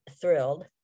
thrilled